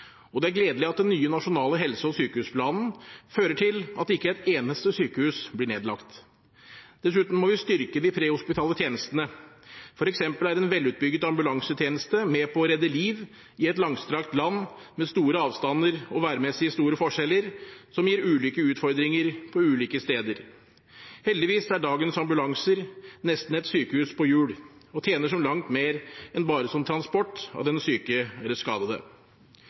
alt. Det er gledelig at den nye nasjonale helse- og sykehusplanen fører til at ikke et eneste sykehus blir nedlagt. Dessuten må vi styrke de prehospitale tjenestene. For eksempel er en velutbygget ambulansetjeneste med på å redde liv i et langstrakt land med store avstander og værmessig store forskjeller som gir ulike utfordringer på ulike steder. Heldigvis er dagens ambulanser nesten et sykehus på hjul, og tjener som langt mer enn bare transport av den syke eller skadede.